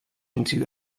into